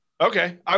Okay